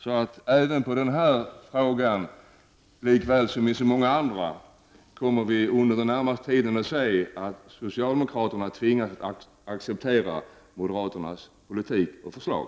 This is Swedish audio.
I den här frågan, liksom i många andra frågor, kommer vi under den närmaste tiden att få se att socialdemokraterna tvingas acceptera moderaternas politik och förslag.